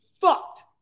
fucked